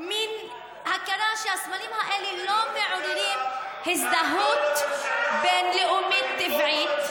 מין הכרה שהסמלים האלה לא מעוררים הזדהות בין-לאומית טבעית,